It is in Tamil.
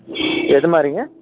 எதுமாதிரிங்க